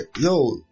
yo